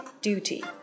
Duty